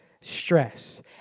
stress